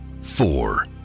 Four